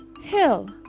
Hill